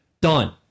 done